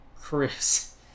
Chris